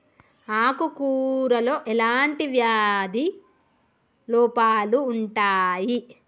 ఆకు కూరలో ఎలాంటి వ్యాధి లోపాలు ఉంటాయి?